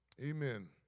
amen